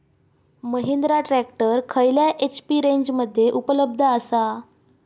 Mahindra tractor खयल्या HP रेंजमध्ये उपलब्ध आसा?